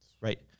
right